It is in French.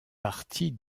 partie